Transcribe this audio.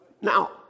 Now